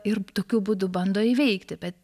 ir tokiu būdu bando įveikti bet